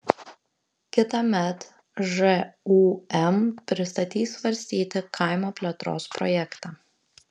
kitąmet žūm pristatys svarstyti kaimo plėtros projektą